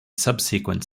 subsequent